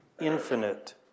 infinite